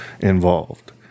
involved